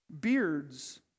beards